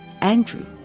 Andrew